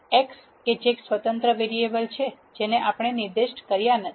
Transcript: x કે જે સ્વતંત્ર વેરીએબલ છે જેને આપણે નિર્દિષ્ટ કર્યા નથી